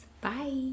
Bye